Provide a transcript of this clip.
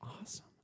awesome